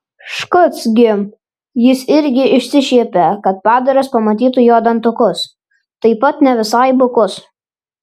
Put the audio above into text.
škac gi jis irgi išsišiepė kad padaras pamatytų jo dantukus taip pat ne visai bukus